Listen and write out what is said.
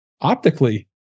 optically